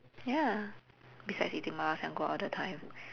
ya beside eating 麻辣香锅 all the time